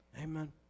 Amen